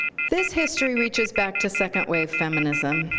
this history reaches back to second wave feminism,